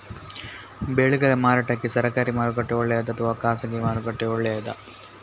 ಬೆಳೆಗಳ ಮಾರಾಟಕ್ಕೆ ಸರಕಾರಿ ಮಾರುಕಟ್ಟೆ ಒಳ್ಳೆಯದಾ ಅಥವಾ ಖಾಸಗಿ ಮಾರುಕಟ್ಟೆ ಒಳ್ಳೆಯದಾ